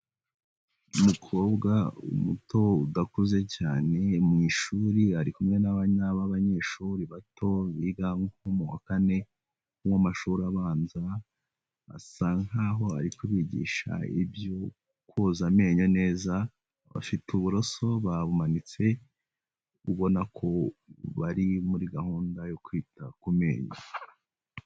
Umukobwa muto udakuze cyane, mu ishuri ari kumwe n’abana babanyeshuri bato biga nko mu wa kane w’amashuri abanza, basa nk’aho ari kubigisha ibyo koza amenyo neza, abafite uburoso babumanitse ubona ko bari muri gahunda yo kwita ku menyo.